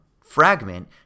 fragment